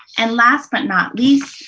and last but not least,